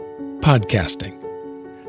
Podcasting